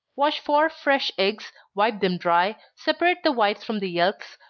wash four fresh eggs, wipe them dry, separate the whites from the yelks,